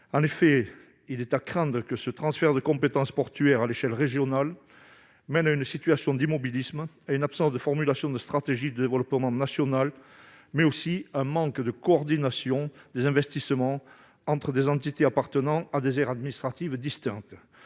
En effet, il est à craindre que ce transfert de compétence portuaire à l'échelle régionale mène non seulement à une situation d'immobilisme et à une absence de formulation de stratégie de développement national, mais aussi à un manque de coordination des investissements entre des entités appartenant à des aires administratives distinctes.